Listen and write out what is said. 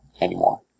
anymore